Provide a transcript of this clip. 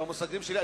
במושגים שלי,